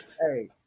Hey